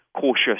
cautious